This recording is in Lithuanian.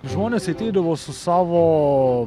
žmonės ateidavo su savo